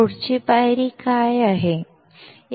पुढची पायरी काय आहे